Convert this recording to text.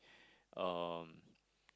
um